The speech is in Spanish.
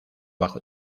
bajo